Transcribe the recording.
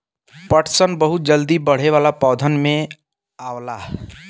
पटसन बहुत जल्दी बढ़े वाला पौधन में आवला